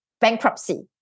bankruptcy